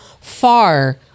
far